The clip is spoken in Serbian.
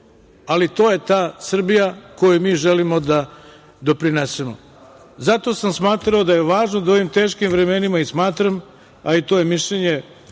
ali to je ta Srbija kojoj mi želimo da doprinesemo. Zato sam smatrao da je važno da u ovim teškim vremenima i smatram, a i to je mišljenje